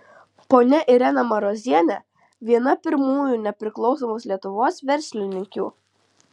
ponia irena marozienė viena pirmųjų nepriklausomos lietuvos verslininkių